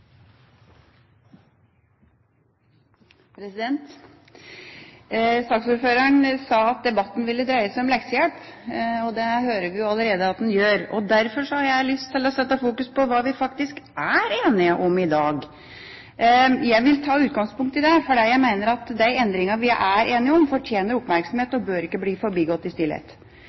Saksordføreren sa at debatten ville dreie seg om leksehjelp, og det hører vi jo allerede at den gjør. Derfor har jeg lyst til å sette fokus på hva vi faktisk er enige om i dag. Jeg vil ta utgangspunkt i det, fordi jeg mener at de endringene vi er enige om, fortjener oppmerksomhet og bør ikke bli forbigått i stillhet.